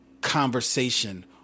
conversation